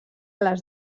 les